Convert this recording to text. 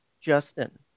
Justin